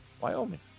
Wyoming